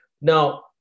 Now